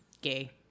gay